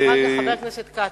סליחה, חבר הכנסת כץ.